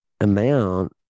amount